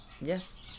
yes